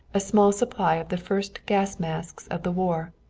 a small supply of the first gas masks of the war.